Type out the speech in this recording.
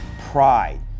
pride